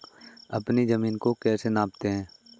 अपनी जमीन को कैसे नापते हैं?